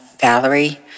Valerie